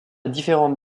différentes